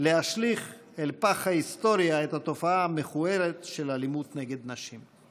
להשליך אל פח ההיסטוריה את התופעה המכוערת של אלימות נגד נשים.